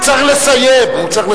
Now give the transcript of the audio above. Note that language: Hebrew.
הוא צריך לסיים, הוא צריך לסיים.